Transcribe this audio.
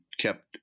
kept